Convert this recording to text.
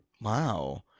Wow